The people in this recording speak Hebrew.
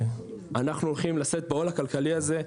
אנחנו הולכים לשאת בעול הכלכלי הזה,